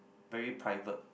very private